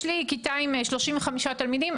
יש לי כיתה עם 35 תלמידים,